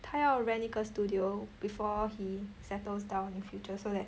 他要 rent 一个 studio before he settles down in future so that